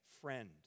friend